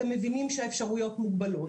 אתם מבינים שהאפשרויות מוגבלות.